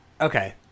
okay